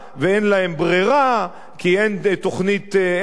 ואין להם ברירה כי אין תב"ע,